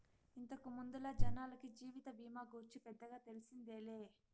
ఇంతకు ముందల జనాలకి జీవిత బీమా గూర్చి పెద్దగా తెల్సిందేలే